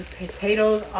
potatoes